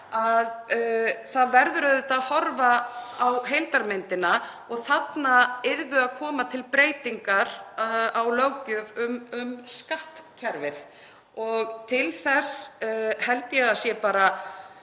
að það verður auðvitað að horfa á heildarmyndina og þarna yrðu að koma til breytingar á löggjöf um skattkerfið. Til þess held ég að sé bara